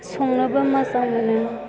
संनोबो मोजां मोनो